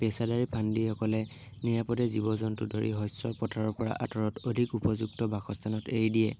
পেছাদাৰী ফান্দিসকলে নিৰাপদে জীৱ জন্তু ধৰি শস্যৰ পথাৰৰ পৰা আঁতৰত অধিক উপযুক্ত বাসস্থানত এৰি দিয়ে